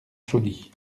chauny